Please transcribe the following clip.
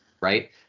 right